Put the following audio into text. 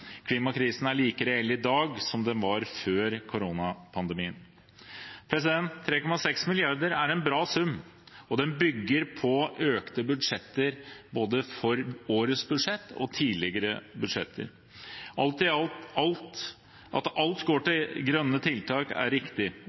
Klimakrisen er like reell i dag som den var før koronapandemien. 3,6 mrd. kr er en bra sum, og den bygger på økte budsjetter, både budsjettet for i år og tidligere budsjetter. At alt går til grønne tiltak, er riktig.